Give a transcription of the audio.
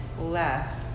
left